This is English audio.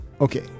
Okay